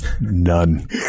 None